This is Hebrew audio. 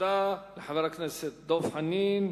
תודה לחבר הכנסת דב חנין.